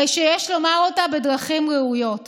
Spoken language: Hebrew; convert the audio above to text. הרי שיש לומר אותה בדרכים ראויות ולא,